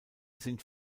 sind